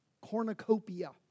cornucopia